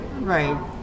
Right